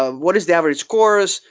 um what is the average course?